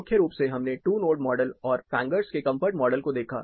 मुख्य रूप से हमने टू नोड मॉडल और फैंगर्स के कंफर्ट मॉडल को देखा